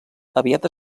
aviat